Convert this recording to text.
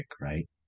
right